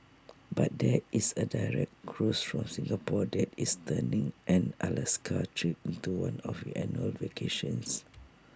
but there is A direct cruise from Singapore that is turning an Alaska trip into one of your annual vacations